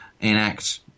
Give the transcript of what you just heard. enact